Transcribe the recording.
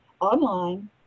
online